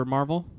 Marvel